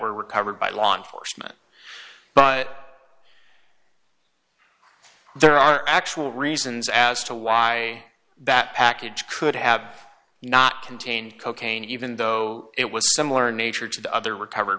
were recovered by law enforcement but there are actual reasons as to why that package could have not contained cocaine even though it was similar in nature to the other recover